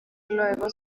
luego